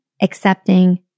accepting